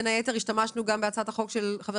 בין היתר השתמשנו גם בהצעת החוק של חבר